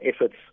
efforts